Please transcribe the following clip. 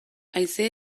haize